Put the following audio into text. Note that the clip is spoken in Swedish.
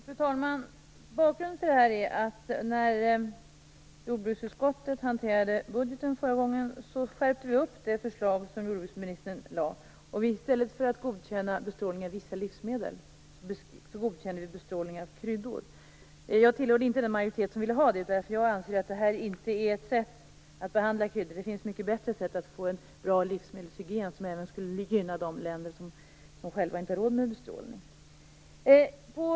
Fru talman! Bakgrunden till interpellationen är att när jordbruksutskottet hanterade budgeten förra gången skärpte utskottet det förslag som jordbruksministern lagt fram. I stället för att godkänna bestrålning av vissa livsmedel godkände utskottet bestrålning av kryddor. Jag tillhörde inte den majoritet som ville ha det så. Jag anser nämligen att detta inte är något bra sätt att behandla kryddor. Det finns mycket bättre sätt att få en bra livsmedelshygien, som även skulle gynna de länder som själva inte har råd med bestrålning.